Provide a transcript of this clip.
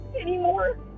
anymore